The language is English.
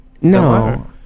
No